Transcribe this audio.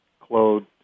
clothed